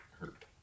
hurt